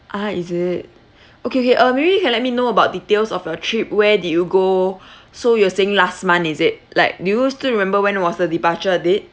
ah is it okay okay uh maybe you can let me know about details of your trip where did you go so you were saying last month is it like do you still remember when was the departure date